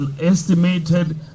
estimated